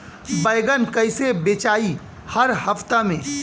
बैगन कईसे बेचाई हर हफ्ता में?